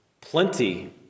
plenty